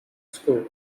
school